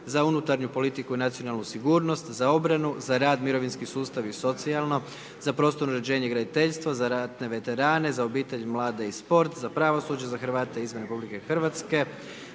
za unutarnju politiku i nacionalnu sigurnost, za obranu, za rad, mirovinsku sustav i socijalno, za prostorno uređenje i graditeljstvo, za ratne veterane, za obitelj, mlade i sport, za pravosuđe, za Hrvate izvan Republike Hrvatske,